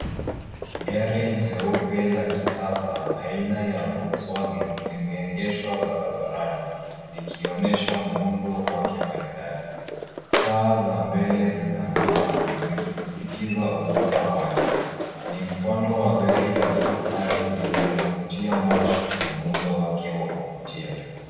Gari jeupe la kisasa aina ya Volkswagen limeegeshwa barabarani, likionesha muundo wake maridadi. Taa za mbele zinang'aa zikisisitiza ubora wake. Ni mfano wa gari la kifahari linalovutia macho na muundo wake wa kuvutia.